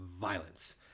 violence